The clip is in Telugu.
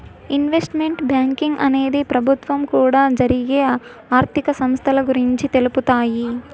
ఇన్వెస్ట్మెంట్ బ్యాంకింగ్ అనేది ప్రభుత్వం కూడా జరిగే ఆర్థిక సంస్థల గురించి తెలుపుతాయి